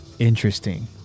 interesting